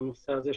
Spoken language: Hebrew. לנושא הזה,